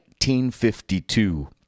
1952